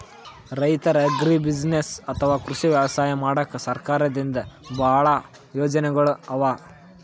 ರೈತರ್ ಅಗ್ರಿಬುಸಿನೆಸ್ಸ್ ಅಥವಾ ಕೃಷಿ ವ್ಯವಸಾಯ ಮಾಡಕ್ಕಾ ಸರ್ಕಾರದಿಂದಾ ಭಾಳ್ ಯೋಜನೆಗೊಳ್ ಅವಾ